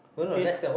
okay